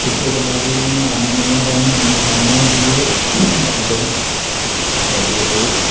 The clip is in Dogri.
इत्त गल्ला गी इनें मारना नेईं होंदा हनूमाने दी सैना होंदी एह् बांद र ते